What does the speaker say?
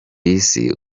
isi